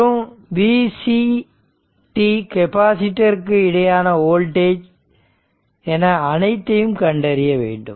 மற்றும் Vc capacitor இருக்கு இடையிலான வோல்டேஜ் என அனைத்தையும் கண்டறிய வேண்டும்